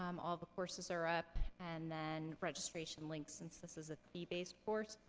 um all the courses are up. and then, registration links, since this is a fee-based course,